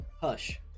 Hush